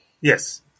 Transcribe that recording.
Yes